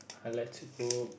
I like to cook